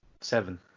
Seven